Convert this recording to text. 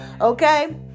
okay